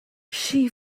she